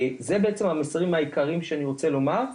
זה בעצם המסרים העיקריים שאני רוצה לומר.